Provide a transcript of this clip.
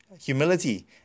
humility